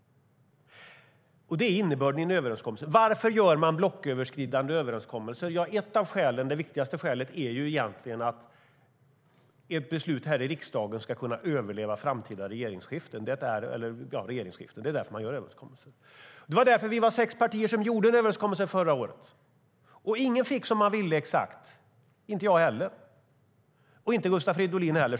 Det är innebörden i en överenskommelse. Varför gör man blocköverskridande överenskommelser? Det viktigaste skälet är att ett beslut här i riksdagen ska kunna överleva framtida regeringsskiften. Det är därför man gör överenskommelser. Därför var vi sex partier som gjorde en överenskommelse förra året. Ingen fick exakt som man ville - inte jag eller Gustav Fridolin heller.